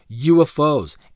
UFOs